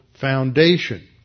foundation